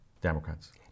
Democrats